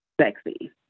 sexy